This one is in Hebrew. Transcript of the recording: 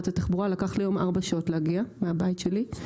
התחבורה כי לקח לי היום 4 שעות להגיע מהבית שלי,